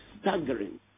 staggering